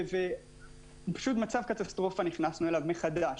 ופשוט נכנסנו למצב קטסטרופה מחדש.